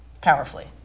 powerfully